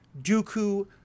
Dooku